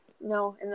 No